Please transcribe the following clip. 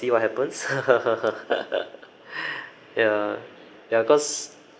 see what happens ya ya cause